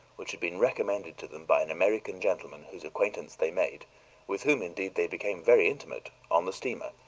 which had been recommended to them by an american gentleman whose acquaintance they made with whom, indeed, they became very intimate on the steamer,